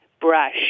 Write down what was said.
brush